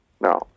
no